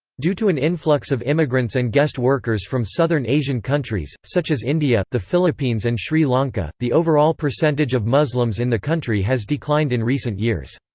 due to an influx of immigrants and guest workers from southern asian countries, such as india, the philippines and sri lanka, the overall percentage of muslims in the country has declined in recent years.